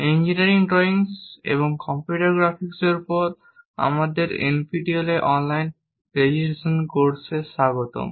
engineering drawing এবং computer গ্রাফিক্সের উপর আমাদের NPTEL এর অনলাইন রেজিস্ট্রেশন কোর্সে স্বাগতম